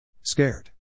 Scared